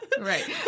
Right